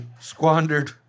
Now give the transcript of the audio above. squandered